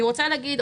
אני רוצה להגיד,